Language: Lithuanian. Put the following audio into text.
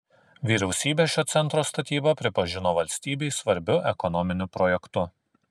vyriausybė šio centro statybą pripažino valstybei svarbiu ekonominiu projektu